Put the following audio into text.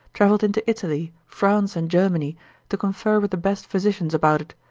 travelled into italy, france and germany to confer with the best physicians about it,